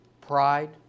pride